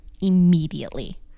immediately